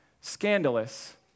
Scandalous